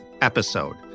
episode